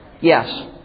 Yes